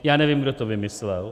Já nevím, kdo to vymyslel.